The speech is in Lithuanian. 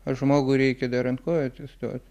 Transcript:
žmogui reikia dar ant kojų atsistot